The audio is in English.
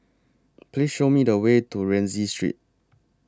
Please Show Me The Way to Rienzi Street